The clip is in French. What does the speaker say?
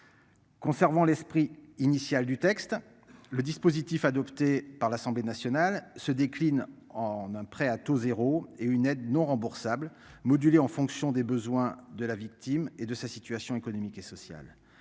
Conservant l'esprit initial du texte. Le dispositif adopté par l'Assemblée nationale se décline en un prêt à taux 0 et une aide non remboursable modulée en fonction des besoins de la victime et de sa situation économique et sociale.